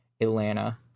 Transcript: Atlanta